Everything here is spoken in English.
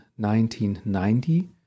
1990